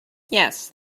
yes